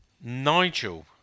Nigel